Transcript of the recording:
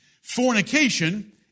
Fornication